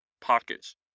pockets